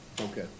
Okay